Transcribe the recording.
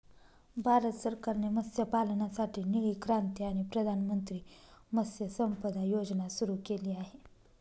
भारत सरकारने मत्स्यपालनासाठी निळी क्रांती आणि प्रधानमंत्री मत्स्य संपदा योजना सुरू केली आहे